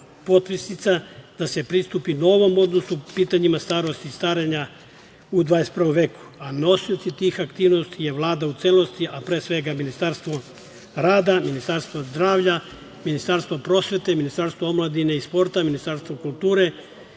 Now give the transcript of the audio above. potpisnica da se pristupi novom odnosu pitanjima starosti i starenja u 21. veku, a nosioci tih aktivnosti je Vlada u celosti, a pre svega Ministarstvo rada, Ministarstvo zdravlja, Ministarstvo prosvete, Ministarstvo omladine i sporta, Ministarstvo kulture,